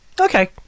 Okay